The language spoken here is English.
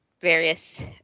various